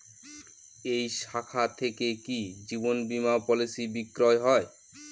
এই শাখা থেকে কি জীবন বীমার পলিসি বিক্রয় হয়?